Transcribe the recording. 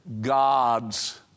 God's